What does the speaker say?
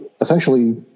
essentially